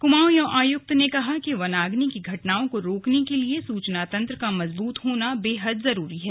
कुमाऊं आयुक्त ने कहा कि बनाग्नि की घटनाओं को रोकने के लिए सुचना तंत्र का मजबुत होना बेहद जरूरी है